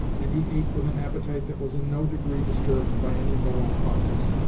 and he ate with an appetite that was in no degree disturbed by any moral causes.